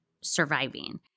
surviving